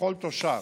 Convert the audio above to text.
לכל תושב